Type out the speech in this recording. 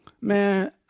Man